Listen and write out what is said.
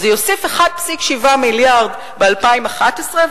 זה יוסיף 1.7 מיליארד ב-2011,